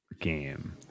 game